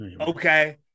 Okay